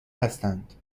هستند